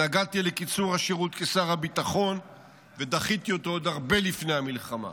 התנגדתי לקיצור השירות כשר הביטחון ודחיתי אותו עוד הרבה לפני המלחמה.